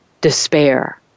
Despair